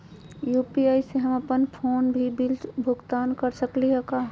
UPI स हम अप्पन कोनो भी बिल भुगतान कर सकली का हे?